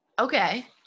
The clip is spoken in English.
Okay